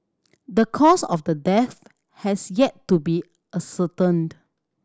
the cause of the death has yet to be ascertained